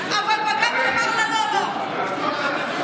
אבל בג"ץ אמר לה: לא, לא.